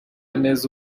neza